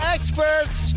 Experts